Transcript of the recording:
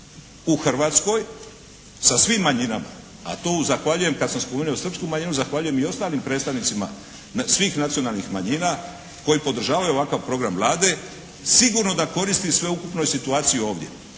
u Hrvatskoj sa svim manjinama, a to zahvaljujem kad sam spomenuo srpsku manjinu zahvaljujem i ostalim predstavnicima svih nacionalnih manjina koji podržavaju ovakav program Vlade. Sigurno da koristi sveukupnoj situaciji ovdje.